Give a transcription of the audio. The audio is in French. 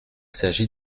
s’agit